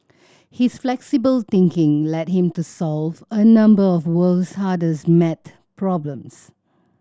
his flexible thinking led him to solve a number of world's hardest maths problems